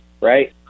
right